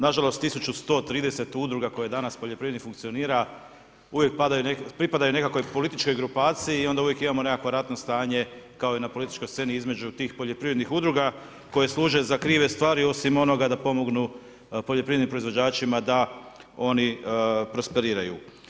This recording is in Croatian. Nažalost, 1130 udruga koje danas u poljoprivredi funkcionira uvijek pripadaju nekakvoj političkoj grupaciji i onda uvijek imamo nekakvo ratno stanje kao i na političkoj sceni između tih poljoprivrednih udruga koje služe za krive stvari, osim onoga da pomognu poljoprivrednim proizvođačima da oni prosperiraju.